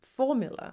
formula